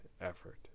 effort